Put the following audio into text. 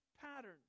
pattern